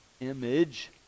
image